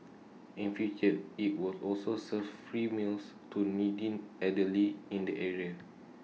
in future IT will also serve free meals to needy elderly in the area